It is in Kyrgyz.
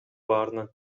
баарынан